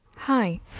Hi